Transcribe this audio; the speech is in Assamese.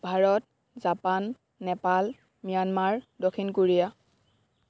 ভাৰত জাপান নেপাল ম্যানমাৰ দক্ষিণ কোৰিয়া